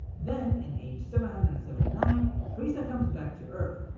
then in age seven hundred and seventy nine frieza comes back to earth.